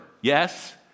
Yes